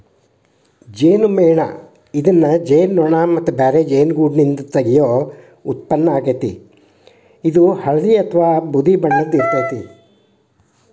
ಜೇನುಮೇಣ ಇದನ್ನ ಜೇನುನೋಣ ಮತ್ತ ಬ್ಯಾರೆ ಜೇನುಗೂಡ್ನಿಂದ ತಗಿಯೋ ಉತ್ಪನ್ನ ಆಗೇತಿ, ಇದು ಹಳ್ದಿ ಅತ್ವಾ ಬೂದಿ ಬಣ್ಣ ಇರ್ತೇತಿ